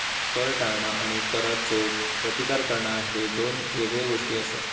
कर टाळणा आणि करचो प्रतिकार करणा ह्ये दोन येगळे गोष्टी आसत